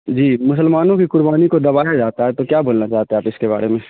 جی مسلمانوں کی قربانی کو دبایا جاتا ہے تو کیا بولنا چاہتے ہیں آپ اس کے بارے میں